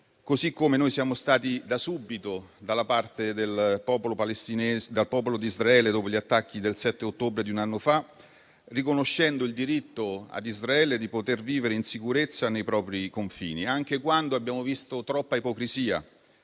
stesso modo, siamo stati da subito dalla parte del popolo di Israele dopo gli attacchi del 7 ottobre di un anno fa, riconoscendo il diritto di Israele di poter vivere in sicurezza nei propri confini, anche quando abbiamo visto troppa ipocrisia